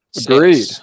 Agreed